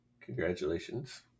Congratulations